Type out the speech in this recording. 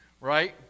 right